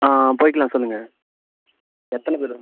ஆ போயிக்கலாம் சொல்லுங்க எத்தனை பேரு